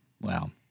Wow